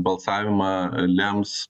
balsavimą lems